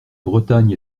bretagne